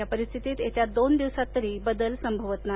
या परिस्थितीत येत्या दोन दिवसात तरी बदल संभवत नाही